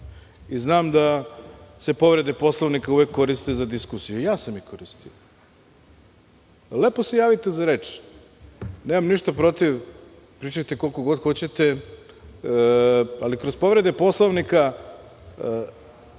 i znam da se povrede Poslovnika uvek koriste za diskusiju i ja sam koristio. Lepo se javite za reč, nemam ništa protiv, pričajte koliko god hoćete, ali kroz povrede Poslovnika